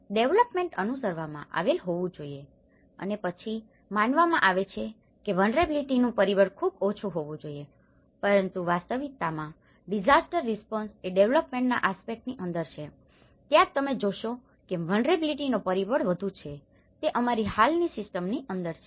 development અનુસરવામાં આવેલ હોવું જોઈએ અને પછી માનવામાં આવે છે કે વલ્નરેબીલીટી નું પરિબળ ખૂબ ઓછું હોવું જોઈએ પરંતુ વાસ્તવિકતામાં ડીઝાસ્ટર રિસ્પોન્સ એ ડેવેલપમેન્ટના આસપેક્ટની અંદર છે ત્યાં જ તમે જોશો કે વલ્નરેબીલીટી નો પરિબળ વધુ છે તે અમારી હાલની સિસ્ટમની અંદર છે